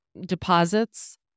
deposits